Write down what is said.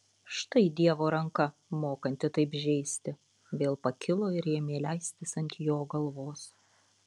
štai dievo ranka mokanti taip žeisti vėl pakilo ir ėmė leistis ant jo galvos